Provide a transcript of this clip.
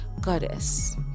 goddess